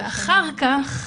אחר-כך,